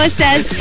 says